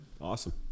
Awesome